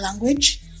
language